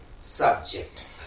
subject